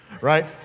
right